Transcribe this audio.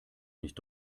nicht